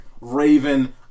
raven